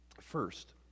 First